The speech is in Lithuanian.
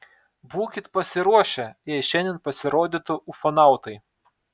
būkit pasiruošę jei šiandien pasirodytų ufonautai